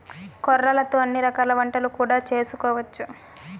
కొర్రలతో అన్ని రకాల వంటలు కూడా చేసుకోవచ్చు